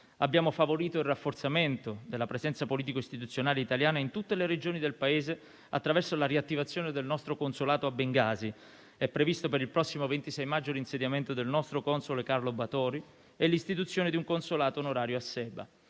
Abbiamo favorito il rafforzamento della presenza politico-istituzionale italiana in tutte le Regioni del Paese attraverso la riattivazione del nostro Consolato a Bengasi. Sono previsti per il prossimo 26 maggio l'insediamento del nostro console Carlo Batori e l'istituzione di un Consolato onorario a Sebha.